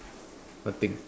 nothing